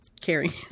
Carrie